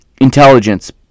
intelligence